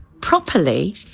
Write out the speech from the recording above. properly